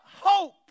hope